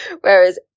Whereas